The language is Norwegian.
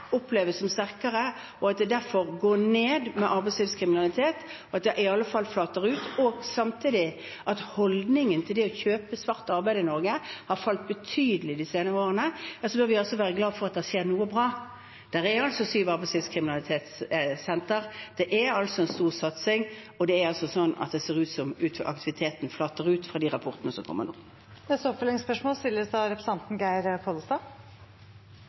oppleves som større, og at arbeidslivskriminaliteten derfor går ned – eller i alle fall flater ut – og samtidig at holdningen til det å kjøpe svart arbeid i Norge har falt betydelig de senere årene, ja så bør vi være glad for at det skjer noe bra. Det er altså syv arbeidslivskriminalitetssentre, det er en stor satsing, og det ser ut til at aktiviteten flater ut ifølge de rapportene som kommer nå. Geir Pollestad – til oppfølgingsspørsmål.